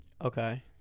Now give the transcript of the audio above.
Okay